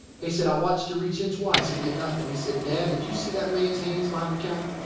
he said, i watched you reach in twice and get nothing. he said, dad, did you see that man's hands behind the counter?